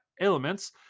elements